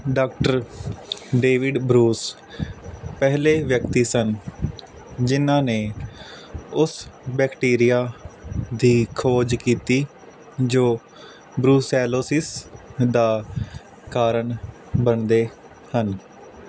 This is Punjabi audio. ਡਾਕਟਰ ਡੇਵਿਡ ਬਰੂਸ ਪਹਿਲੇ ਵਿਅਕਤੀ ਸਨ ਜਿਨ੍ਹਾਂ ਨੇ ਉਸ ਬੈਕਟੀਰੀਆ ਦੀ ਖੋਜ ਕੀਤੀ ਜੋ ਬਰੂਸੈਲੋਸਿਸ ਦਾ ਕਾਰਨ ਬਣਦੇ ਹਨ